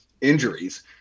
injuries